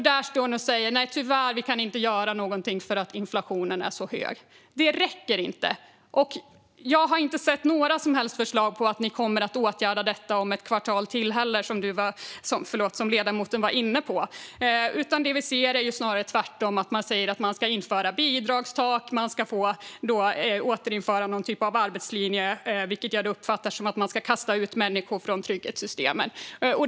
Där står man och säger: Tyvärr, vi kan inte göra något därför att inflationen är så hög. Det räcker inte. Jag har inte sett några som helst förslag om att detta kommer att åtgärdas om ett kvartal, som ledamoten var inne på, utan det vi ser är snarare att man tvärtom säger att man ska införa bidragstak och återinföra någon typ av arbetslinje, vilket jag uppfattar som att man ska kasta ut människor från trygghetssystemen.